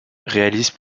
réalisent